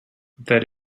that